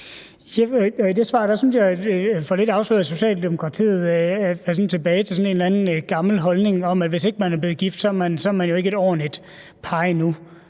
lidt får afsløret, at Socialdemokratiet er tilbage i en eller anden gammel holdning om, at hvis man ikke er blevet gift, er man ikke et ordentligt par endnu.